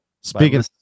Speaking